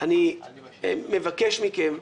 אני מבקש מכם,